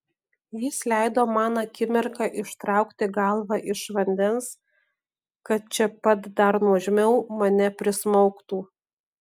jis leido man akimirką ištraukti galvą iš vandens kad čia pat dar nuožmiau mane prismaugtų